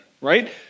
right